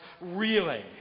reeling